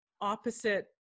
opposite